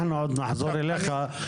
אנחנו עוד נחזור אליך.